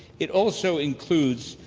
it also includes,